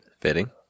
Fitting